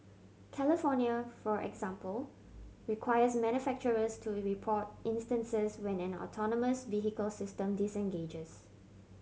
California for example requires manufacturers to report instances when an autonomous vehicle system disengages